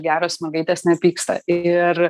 geros mergaitės nepyksta ir